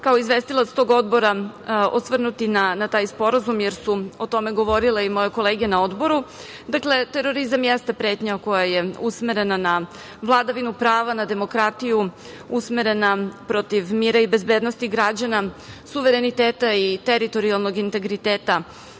kao izvestilac tog odbora osvrnuti na taj sporazum, jer su o tome govorile i moje kolege na odboru. Dakle, terorizam jeste pretnja koja je usmerena na vladavinu prava, na demokratiju, usmerena protiv mira i bezbednosti građana, suvereniteta i teritorijalnog integriteta